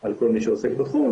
על כל מי שעוסק בתחום,